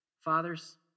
Fathers